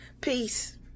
Peace